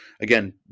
again